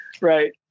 right